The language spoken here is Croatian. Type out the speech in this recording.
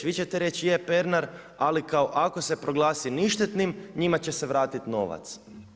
Vi ćete rekli je Pernar ako kao ako se proglasi ništetnim njima će se vratiti novac.